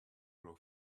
grow